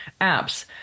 Apps